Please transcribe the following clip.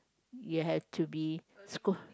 you have to be